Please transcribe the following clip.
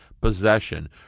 possession